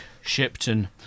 Shipton